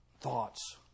Thoughts